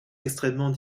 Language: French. extrêmement